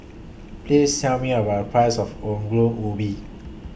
Please Tell Me about The Price of Ongol Ubi